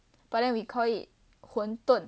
but then we call it 馄饨